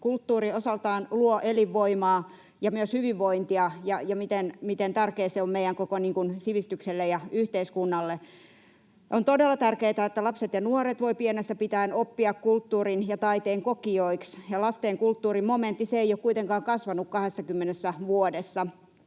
kulttuuri osaltaan luo elinvoimaa ja myös hyvinvointia ja miten tärkeää se on meidän koko sivistykselle ja yhteiskunnalle. On todella tärkeätä, että lapset ja nuoret voivat pienestä pitäen oppia kulttuurin ja taiteen kokijoiksi. Lastenkulttuurin momentti ei ole kuitenkaan kasvanut 20 vuodessa.